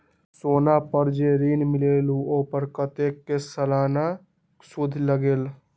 सोना पर जे ऋन मिलेलु ओपर कतेक के सालाना सुद लगेल?